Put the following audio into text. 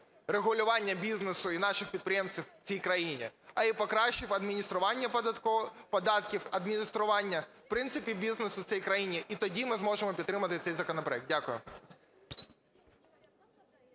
регулювання бізнесу і наших підприємців в цій країні, а й покращив адміністрування податків, адміністрування, в принципі, бізнесу в цій країні. І тоді ми зможемо підтримати цей законопроект. Дякую.